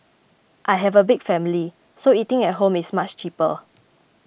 I have a big family so eating at home is much cheaper